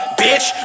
bitch